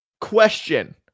question